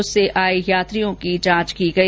उससे आए यात्रियों की जांच की गई